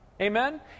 Amen